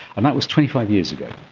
and that was twenty five years ago.